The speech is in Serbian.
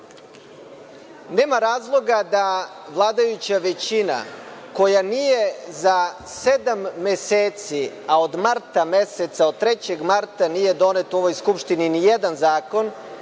razloga da vladajuća većina koja nije za sedam meseci, a do 3. marta nije donet u ovoj Skupštini ni jedan zakon